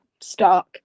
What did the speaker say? stock